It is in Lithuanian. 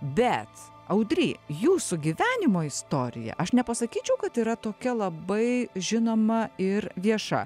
bet audry jūsų gyvenimo istorija aš nepasakyčiau kad yra tokia labai žinoma ir vieša